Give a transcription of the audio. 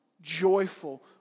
joyful